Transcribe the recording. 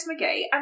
McGee